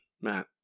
Matt